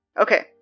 Okay